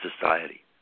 society